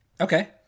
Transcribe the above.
Okay